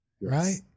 right